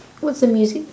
what's the music